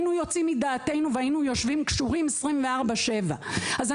היינו יוצאים מדעתנו ויושבים קשורים 24/7. אנחנו